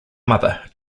mother